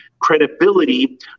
credibility